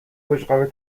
بشقاب